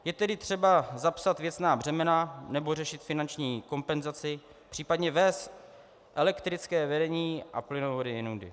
Je tedy třeba zapsat věcná břemena nebo řešit finanční kompenzaci, případně vést elektrické vedení a plynovody jinudy.